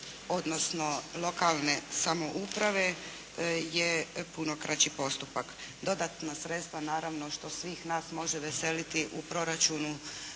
odnosno lokalne samouprave je puno kraći postupak. Dodatna sredstva naravno što svih nas može veseliti u proračunu